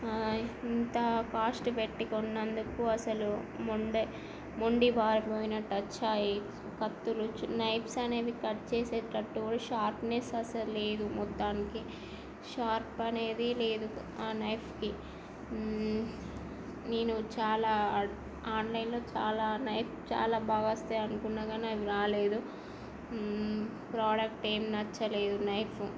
ఇంత కాస్ట్ పెట్టి కొన్నందుకు అసలు మొండి మొండిబారిపోయినట్టు వచ్చాయి కత్తులు నైఫ్స్ అనేవి కట్ చేసేటట్టు షార్ప్నెస్ అసలు లేదు మొత్తానికి షార్ప్ అనేది లేదు ఆ నైఫ్కి నేను చాలా ఆన్లైన్లో చాలా నైఫ్ చాలా బాగా వస్తాయి అనుకున్న కానీ అవి రాలేదు ప్రోడక్ట్ ఏమీ నచ్చలేదు నైఫ్